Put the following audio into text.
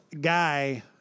guy